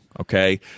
okay